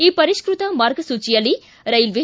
ಈ ಪರಿಷ್ಟತ ಮಾರ್ಗಸೂಚಿಯಲ್ಲಿ ಕೈಲ್ವೆ